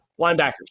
Linebackers